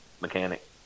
mechanic